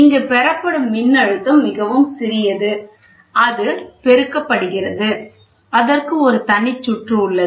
இங்கு பெறப்படும் மின்னழுத்தம் மிகவும் சிறியது அது பெருக்கப்படுகிறது அதற்கு ஒரு தனி சுற்று உள்ளது